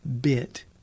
bit